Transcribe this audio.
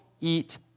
eat